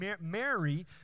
Mary